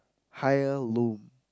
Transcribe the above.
higher loom